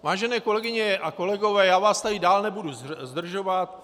Vážené kolegyně a kolegové, já vás tady dál nebudu zdržovat.